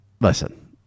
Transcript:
listen